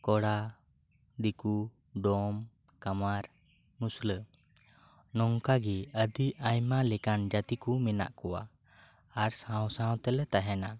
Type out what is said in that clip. ᱠᱳᱲᱟ ᱫᱤᱠᱩ ᱰᱚᱢ ᱠᱟᱢᱟᱨ ᱢᱩᱥᱞᱟᱹ ᱱᱚᱝᱠᱟ ᱜᱮ ᱟᱹᱰᱤ ᱟᱭᱢᱟ ᱞᱮᱠᱟᱱ ᱡᱟᱹᱛᱤ ᱠᱚ ᱢᱮᱱᱟᱜ ᱠᱚᱣᱟ ᱟᱨ ᱥᱟᱶ ᱥᱟᱶ ᱛᱮᱞᱮ ᱛᱟᱦᱮᱸᱱᱟ